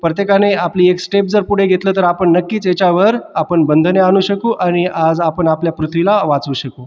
प्रत्येकाने आपली एक स्टेप जर पुढे घेतलं तर आपण नक्कीच याच्यावर आपण बंधने आणू शकू आणि आज आपण आपल्या पृथ्वीला वाचवू शकू